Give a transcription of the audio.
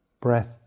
breath